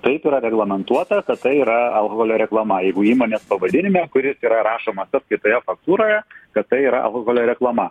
taip yra reglamentuota kad tai yra alkoholio reklama jeigu įmonės pavadinime kuris yra rašomas sąskaitoje faktūroje kad tai yra alkoholio reklama